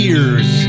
Ears